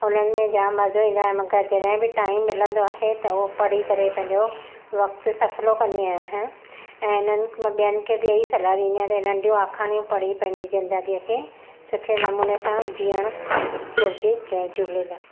उन्हनि में जामु मज़ो ईंदो आहे मूंखे जॾहिं बि टाइम मिलंदो आहे त उहो पढ़ी करे पंहिंजो वक़्ति सफलो कंदी आहियां हें ऐंं इन्हनि क मां ॿियनि खे बि इहा ई सलाह ॾींदी आहियां त नंढियूं आखाणियूं पढ़ी पंहिंजी ज़िंदगीअ खे सुठे नमूने सां जीअणु घुरिजे जय झूलेलाल